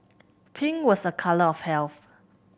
pink was a colour of health